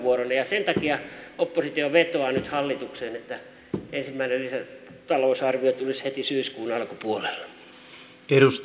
sen takia oppositio vetoaa nyt hallitukseen että ensimmäinen lisätalousarvio tulisi heti syyskuun alkupuolella